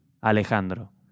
Alejandro